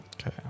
Okay